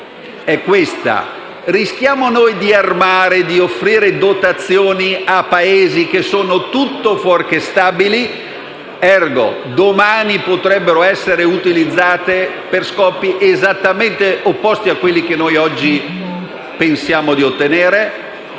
rischiamo di armare e offrire dotazioni a Paesi che sono tutto fuorché stabili, *ergo* domani potrebbero essere utilizzate per scopi esattamente opposti a quelli che oggi pensiamo di ottenere?